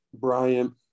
Bryant